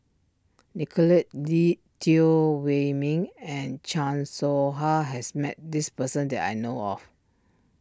Nicolette D Teo Wei Min and Chan Soh Ha has met this person that I know of